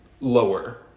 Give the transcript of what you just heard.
lower